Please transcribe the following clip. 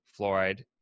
fluoride